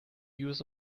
use